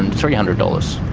and three hundred dollars.